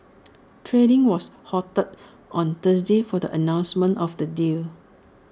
trading was halted on Thursday for the announcement of the deal